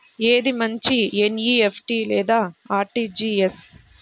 ఏది మంచి ఎన్.ఈ.ఎఫ్.టీ లేదా అర్.టీ.జీ.ఎస్?